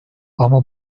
ama